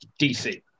DC